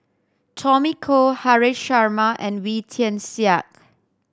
Tommy Koh Haresh Sharma and Wee Tian Siak